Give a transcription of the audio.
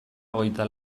hogeita